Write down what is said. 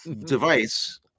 Device